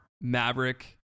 Maverick